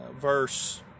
verse